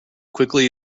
quickly